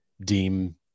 deem